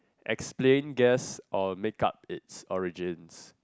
explain guess or make up it's origins